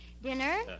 Dinner